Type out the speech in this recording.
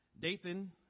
Dathan